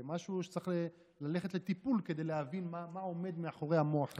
זה משהו שצריך ללכת לטיפול כדי להבין מה עומד מאחורי המוח הזה.